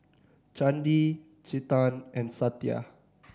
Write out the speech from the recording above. Chandi Chetan and Satya